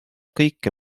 kõike